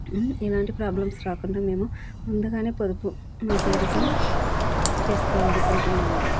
ఏలాంటి ప్రాబ్లమ్స్ రాకుండా మేము ముందుగానే పొదుపు మా పేరిట చేసుకోవాలనుకుంటున్నాము